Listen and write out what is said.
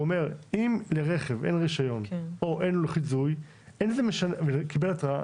הוא אומר שאם לרכב אין רישיון או אין לו לוחית זיהוי והוא קיבל התראה,